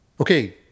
Okay